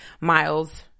Miles